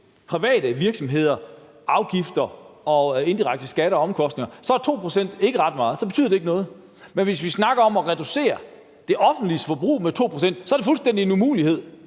private virksomheder afgifter og indirekte skatter og omkostninger, er 2 pct. ikke ret meget; så betyder det ikke noget. Men hvis vi snakker om at reducere det offentliges forbrug med 2 pct., er det fuldstændig en umulighed;